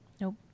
Nope